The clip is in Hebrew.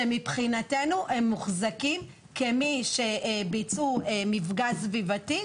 שמבחינתנו הם מוחזקים כמי שביצעו מפגע סביבתי